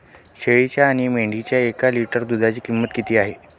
शेळीच्या आणि मेंढीच्या एक लिटर दूधाची किंमत किती असते?